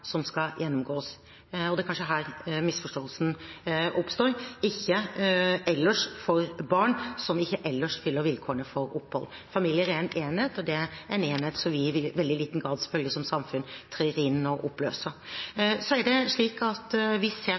som ikke ellers fyller vilkårene for opphold. Familier er en enhet, og det er en enhet som vi selvfølgelig i veldig liten grad som samfunn trer inn i og oppløser. Vi ser på klagegjennomgangen knyttet til UNEs saksbehandling. Det er slik at